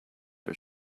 our